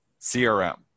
CRM